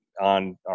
on